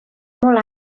molt